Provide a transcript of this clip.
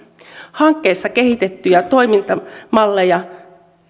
hankkeissa kehitettyjä toimintamalleja